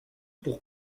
pour